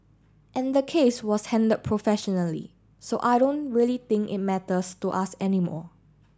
and the case was handled professionally so I don't really think it matters to us anymore